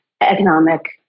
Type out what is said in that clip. economic